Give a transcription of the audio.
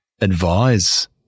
advise